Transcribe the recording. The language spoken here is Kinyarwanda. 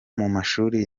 mumashuri